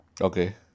Okay